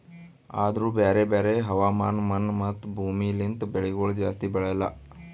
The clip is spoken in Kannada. ಆದೂರು ಬ್ಯಾರೆ ಬ್ಯಾರೆ ಹವಾಮಾನ, ಮಣ್ಣು, ಮತ್ತ ಭೂಮಿ ಲಿಂತ್ ಬೆಳಿಗೊಳ್ ಜಾಸ್ತಿ ಬೆಳೆಲ್ಲಾ